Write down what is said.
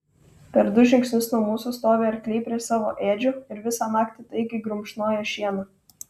per du žingsnius nuo mūsų stovi arkliai prie savo ėdžių ir visą naktį taikiai grumšnoja šieną